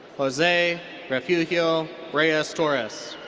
jose refugio reyes torres.